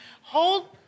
hold